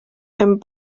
ein